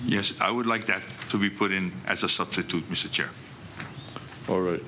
yes i would like that to be put in as a substitute teacher for